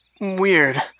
weird